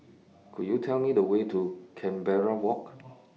Could YOU Tell Me The Way to Canberra Walk